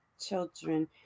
children